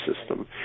system